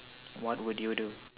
what would you do